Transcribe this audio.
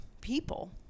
people